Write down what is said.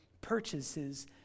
purchases